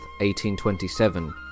1827